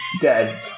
dead